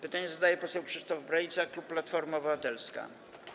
Pytanie zadaje poseł Krzysztof Brejza, klub Platforma Obywatelska.